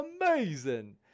amazing